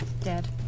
dead